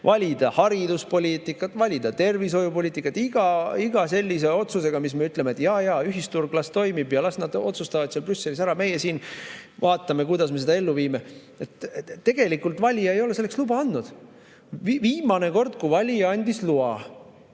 valida hariduspoliitikat, valida tervishoiupoliitikat. [Me anname seda ära] iga sellise otsusega, kui me ütleme, et jaa-jaa, ühisturg las toimib ja las nad otsustavad seal Brüsselis ära, meie siin vaatame, kuidas me seda ellu viime. Tegelikult valija ei ole selleks luba andnud. Viimane kord, kui valija andis loa